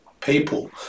people